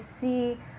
see